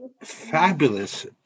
fabulous